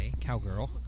cowgirl